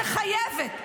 שחייבת,